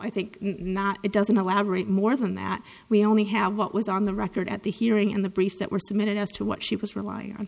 i think not it doesn't elaborate more than that we only have what was on the record at the hearing in the briefs that were submitted as to what she was relying on